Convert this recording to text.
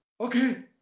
okay